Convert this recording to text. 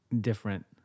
different